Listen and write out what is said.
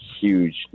huge